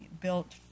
built